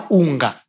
unga